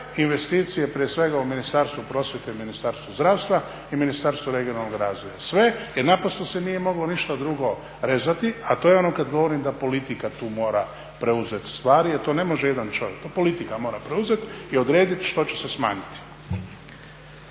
investicije prije svega u Ministarstvu prosvjete, i Ministarstvu zdravstvu, i Ministarstvu regionalnog razvoja. Sve jer naprosto se nije moglo ništa drugo rezati, a to je ono kad govorim da politika tu mora preuzeti stvari, jer to ne može jedan čovjek, to politika mora preuzet i odredit što će se smanjiti.